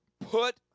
put